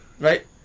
right